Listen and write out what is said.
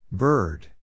Bird